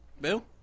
Bill